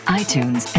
iTunes